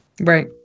Right